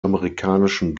amerikanischen